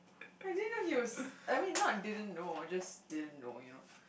I didn't know he's I mean not didn't know just didn't know you know